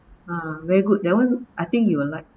ah very good that one I think you will like